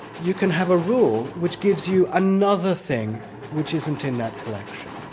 you can have a rule which gives you another thing which isn't in that collection,